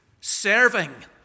Serving